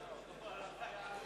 חבר הכנסת אפללו,